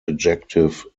adjective